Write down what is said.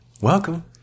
welcome